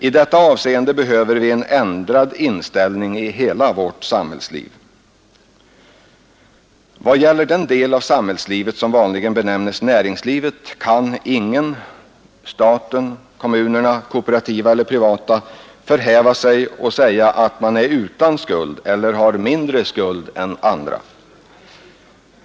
I detta avseende behöver vi en ändrad inställning i hela vårt samhällsliv. Vad gäller den del av samhällslivet som vanligen benämnes näringslivet kan ingen, staten, kommunerna, kooperativa eller privata, förhäva sig och säga att man är utan skuld eller har mindre skuld än andra.